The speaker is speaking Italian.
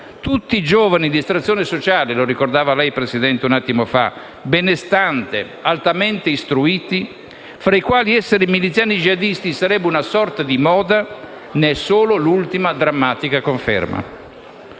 tutti giovani di estrazione sociale - come ha ricordato lei, signor Presidente, un attimo fa - benestante, altamente istruiti, fra i quali essere miliziani jihadisti sarebbe una sorta di moda, ne è solo l'ultima conferma.